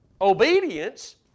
obedience